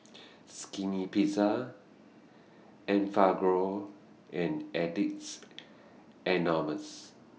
Skinny Pizza Enfagrow and Addicts Anonymous